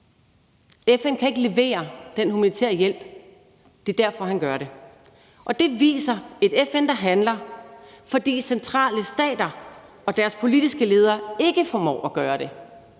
FN kan ikke levere den humanitære hjælp. Det er derfor, han gør det. Og det viser et FN, der handler, fordi centrale stater og deres politiske ledere ikke formår at gøre det.